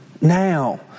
now